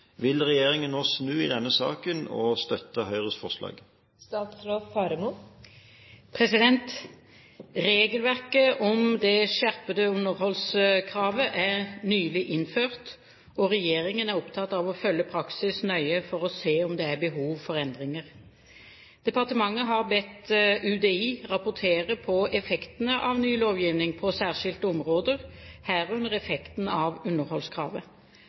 Vil regjeringen nå snu i denne saken, og støtte Høyres forslag?» Regelverket om det skjerpede underholdskravet er nylig innført, og regjeringen er opptatt av å følge praksis nøye for å se om det er behov for endringer. Departementet har bedt UDI rapportere effektene av ny lovgivning på særskilte områder, herunder effekten av underholdskravet.